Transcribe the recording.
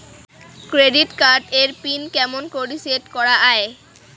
Credit card এর PIN কেমন করি সেট করা য়ায়?